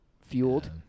fueled